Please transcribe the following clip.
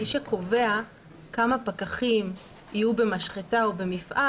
מי שקובע כמה פקחים יהיו במשחטה או במפעל,